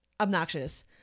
obnoxious